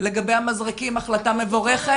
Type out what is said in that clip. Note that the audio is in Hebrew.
לגבי המזרקים, אנחנו